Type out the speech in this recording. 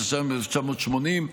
התש"ם 1980,